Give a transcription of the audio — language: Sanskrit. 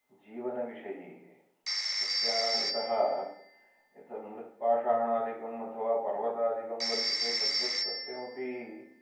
जीवनविषये सस्यानां यतः एतद् मृत्पाषाणादिकम् अथवा पर्वतादिकं वर्तते तद्वत् सस्यमपि